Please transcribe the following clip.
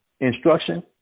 instruction